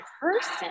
person